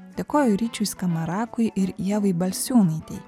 dėkoju ryčiui skamarakui ir ievai balsiūnaitei